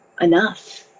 enough